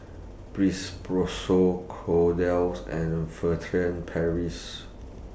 Kordel's and Furtere Paris